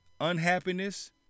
unhappiness